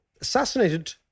assassinated